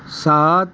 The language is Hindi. साथ